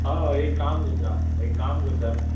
हय एक काम करता एक काम करतां